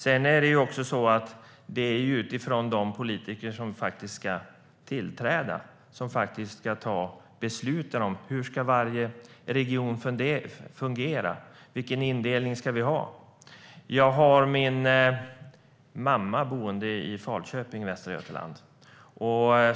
Sedan är det så att det är utifrån de politiker som faktiskt ska tillträda, som faktiskt ska ta besluten: Hur ska varje region fungera? Vilken indelning ska vi ha? Jag har min mamma boende i Falköping i Västra Götaland.